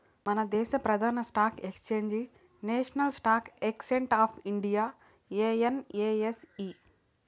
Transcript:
మనదేశ ప్రదాన stock exchange National Stock Exchange of India NSE